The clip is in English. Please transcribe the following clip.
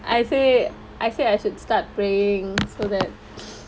I say I say I should start praying so that